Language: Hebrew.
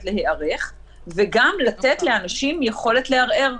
להיערך וגם לתת לאנשים יכולת לערער.